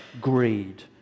greed